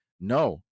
No